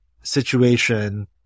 situation